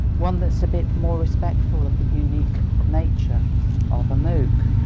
one that's a bit more respectful of the unique nature of a mooc.